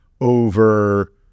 over